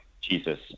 Jesus